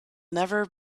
never